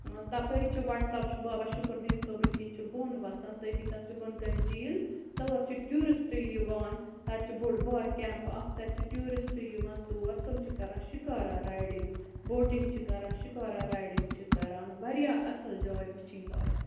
تَپٲری چھ وَٹلَب چھُ بابا شُکُر دیٖن صٲبن کِنۍ چھُ بۄن وَسان تتیتھ چھُ بۄن کَنہِ جیٖل تور چھِ ٹوٗرسٹہٕ یِوان تَتہِ چھُ بوٚڑ بار کیمپ اکھ چھ ٹوٗرِسٹہٕ یِوان تور تم چھِ کَران شِکارہ رایڈِنٛگ بوٹِنٛگ چھِ کَران شِکارہ رایڈِنٛگ چھِ کَران واریاہ اصل جاے وٕچھِنۍ لایق